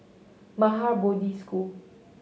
Maha Bodhi School